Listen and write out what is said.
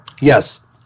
Yes